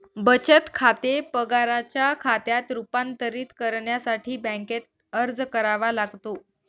बचत खाते पगाराच्या खात्यात रूपांतरित करण्यासाठी बँकेत अर्ज करावा लागतो